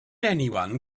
anyone